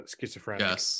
schizophrenic